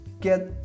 get